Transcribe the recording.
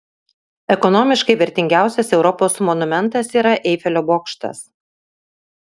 ekonomiškai vertingiausias europos monumentas yra eifelio bokštas